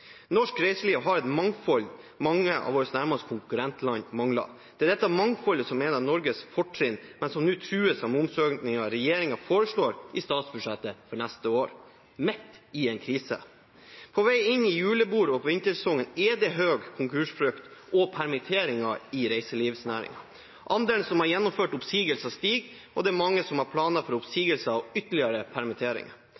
Norsk reiseliv har et mangfold mange av våre nærmeste konkurrentland mangler. Det er dette mangfoldet som er et av Norges fortrinn, men som nå trues av momsøkningen regjeringen foreslår i statsbudsjettet for neste år – midt i en krise. På vei inn i julebord- og vintersesongen er det høy konkursfrykt og permitteringer i reiselivsnæringen. Andelen som har gjennomført oppsigelser, stiger, og det er mange som har planer for